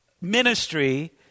ministry